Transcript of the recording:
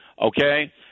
okay